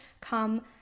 Come